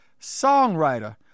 songwriter